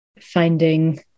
finding